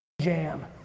jam